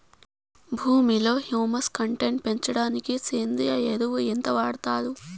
భూమిలో humus content పెంచడానికి సేంద్రియ ఎరువు ఎంత వాడుతారు